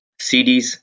CDs